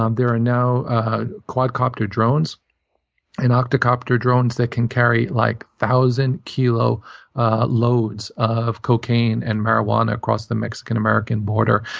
um there are now quadcopter drones and octacopter drones that can carry like one thousand kilo loads of cocaine and marijuana across the mexican-american border.